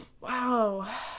Wow